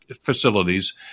facilities